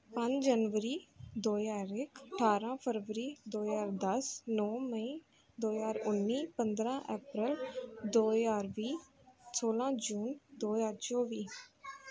ਪੰਜ ਜਨਵਰੀ ਦੋ ਹਜ਼ਾਰ ਇੱਕ ਅਠਾਰ੍ਹਾਂ ਫਰਵਰੀ ਦੋ ਹਜ਼ਾਰ ਦਸ ਨੌਂ ਮਈ ਦੋ ਹਜ਼ਾਰ ਉੱਨੀ ਪੰਦਰ੍ਹਾਂ ਅਪ੍ਰੈਲ ਦੋ ਹਜ਼ਾਰ ਵੀਹ ਸੌਲ੍ਹਾਂ ਜੂਨ ਦੋ ਹਜ਼ਾਰ ਚੌਵੀ